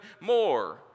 more